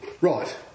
Right